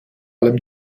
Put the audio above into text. allem